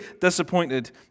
disappointed